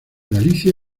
galicia